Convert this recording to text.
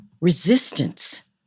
resistance